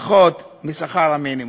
פחות משכר מינימום.